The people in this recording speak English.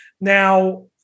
Now